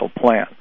plan